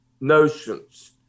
Notions